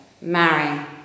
marry